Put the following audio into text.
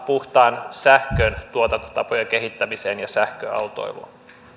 puhtaan sähkön tuotantotapojen kehittämiseen ja sähköautoiluun